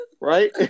Right